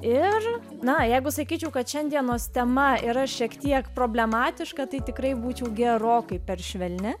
ir na jeigu sakyčiau kad šiandienos tema yra šiek tiek problematiška tai tikrai būčiau gerokai per švelni